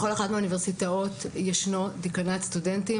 בכל אחת מהאוניברסיטאות ישנו דיקנאט סטודנטים.